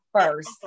First